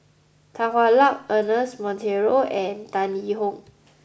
Tan Hwa Luck Ernest Monteiro and Tan Yee Hong